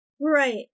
Right